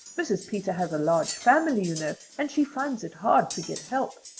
mrs. peter has a large family, you know, and she finds it hard to get help.